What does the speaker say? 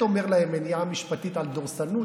אומר להם "מניעה משפטית" על דורסנות,